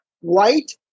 White